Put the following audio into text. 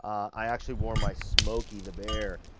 i actually wore my smokey the bear,